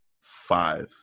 five